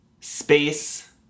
space